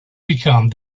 become